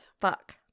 fuck